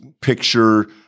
picture